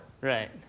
Right